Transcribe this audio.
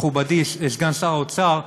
מכובדי סגן שר האוצר,